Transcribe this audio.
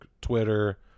Twitter